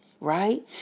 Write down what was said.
right